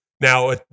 Now